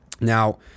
Now